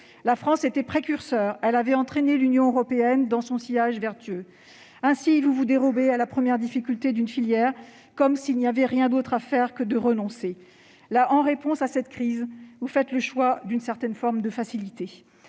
la France était précurseur, qu'elle avait entraîné l'Union européenne dans son sillage vertueux. Ainsi, vous vous dérobez à la première difficulté d'une filière, comme s'il n'y avait rien d'autre à faire que de renoncer. En réponse à cette crise, vous faites le choix d'une certaine facilité.